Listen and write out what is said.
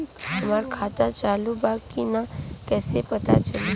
हमार खाता चालू बा कि ना कैसे पता चली?